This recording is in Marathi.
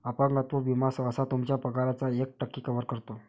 अपंगत्व विमा सहसा तुमच्या पगाराच्या एक टक्के कव्हर करतो